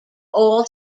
all